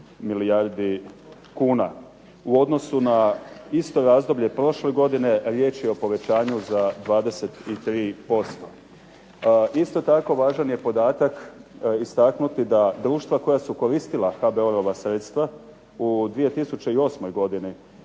milijardi kuna. U odnosu na isto razdoblje iste godine riječ je o povećanju od 23%. Isto tako važan je podatak istaknuti da društva koja su koristila HBOR-ova sredstva u 2008. godini